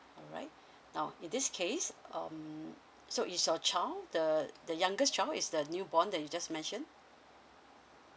alright now in this case um so is your child the the youngest child is the newborn that you just mentioned